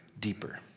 deeper